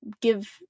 give